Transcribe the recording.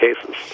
cases